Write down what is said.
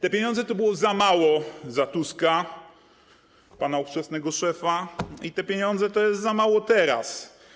Te pieniądze to było za mało za Tuska, pana ówczesnego szefa, i te pieniądze to jest za mało teraz.